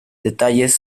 detalles